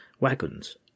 wagons